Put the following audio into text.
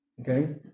okay